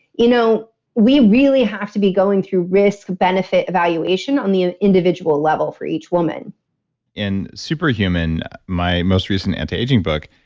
you know we really have to be going through risk benefit evaluation on the ah individual level for each woman in super human, my most recent anti-aging book,